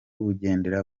bugendera